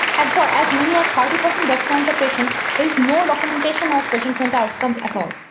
and for as many as thirty, but and breast cancer patient is no documentation of patients and outcomes at all.